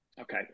Okay